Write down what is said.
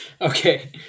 Okay